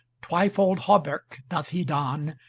twyfold hauberk doth he don,